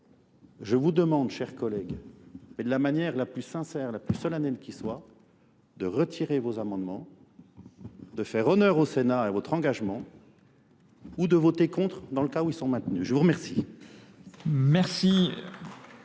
je vous demande, chers collègues, mais de la manière la plus sincère, la plus solennelle qui soit, de retirer vos amendements, de faire honneur au Sénat à votre engagement, ou de voter contre dans le cas où ils sont maintenus. Je vous remercie.